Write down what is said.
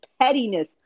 pettiness